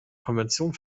konvention